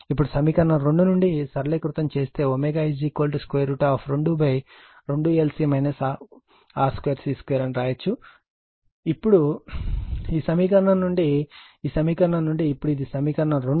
ఇప్పుడు సమీకరణం 2 నుండి సరళీకృతం చేసి ω 22LC R2C2 అని వ్రాయవచ్చు అప్పుడు ఈ సమీకరణం నుండి ఈ సమీకరణం నుండి ఈ సమీకరణం నుండి ఇప్పుడు ఇది సమీకరణం 2